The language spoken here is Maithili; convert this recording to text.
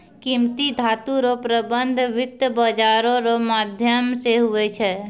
कीमती धातू रो प्रबन्ध वित्त बाजारो रो माध्यम से हुवै छै